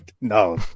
no